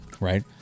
right